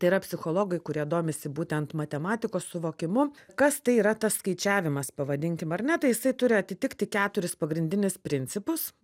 tai yra psichologai kurie domisi būtent matematikos suvokimu kas tai yra tas skaičiavimas pavadinkim ar ne tai jisai turi atitikti keturis pagrindinius principus